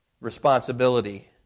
responsibility